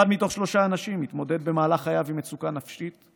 אחד מתוך שלושה אנשים יתמודד במהלך חייו עם מצוקה נפשית,